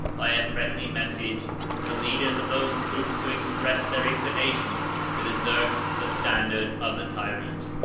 by a friendly message from the leaders of those troops who expressed their inclination to desert the standard of the tyrant.